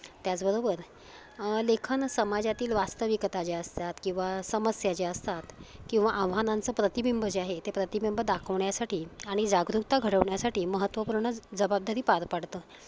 त्याचबरोबर लेखन समाजातील वास्तविकता ज्या असतात किंवा समस्या ज्या असतात किंवा आव्हानांचं प्रतिबिंब जे आहे ते प्रतिबिंब दाखवण्यासाठी आणि जागरूकता घडवण्यासाठी महत्त्वपूर्ण ज जबाबदारी पार पाडतं